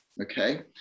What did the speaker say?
okay